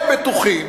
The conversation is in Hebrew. הם בטוחים